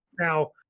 now